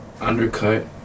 undercut